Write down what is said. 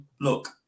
look